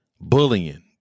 Bullying